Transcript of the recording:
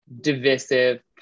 divisive